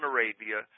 Arabia